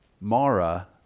Mara